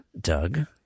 Doug